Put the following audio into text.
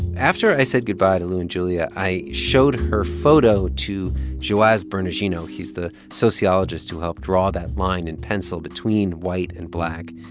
after i said goodbye to lu and julia, i showed her photo to joaz bernardino. he's the sociologist who helped draw that line in pencil between white and black.